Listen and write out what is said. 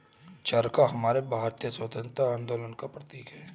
चरखा हमारे भारतीय स्वतंत्रता आंदोलन का प्रतीक है